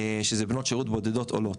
שזה בנות שירות בודדות עולות.